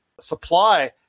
supply